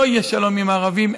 לא יהיה שלום עם הערבים.